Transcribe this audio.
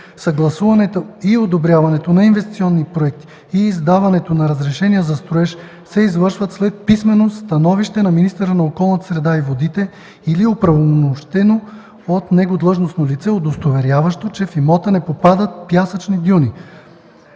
съгласуването и одобряването на инвестиционни проекти и издаването на разрешения за строеж се извършват след писмено становище на министъра на околната среда и водите или оправомощено от него длъжностно лице, удостоверяващо, че в имота не попадат пясъчни дюни.